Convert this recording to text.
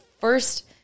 first